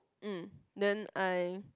mm then I